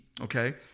Okay